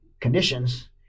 conditions—